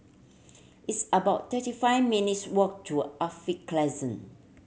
it's about thirty five minutes' walk to Alkaff Crescent